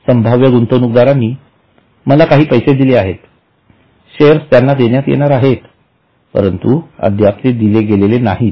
संभाव्य गुंतवणूकदारांनी मला काही पैसे दिले आहेत शेअर्स त्यांना देण्यात येणार आहेत परंतु अद्याप ते दिले गेले नाहीत